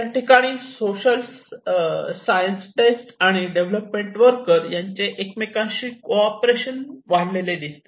या ठिकाणी social science test आणि डेव्हलपमेंट वर्कर यांचे एकमेकांशी कोऑपरेशन वाढलेले दिसते